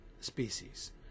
species